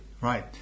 right